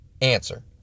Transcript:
answer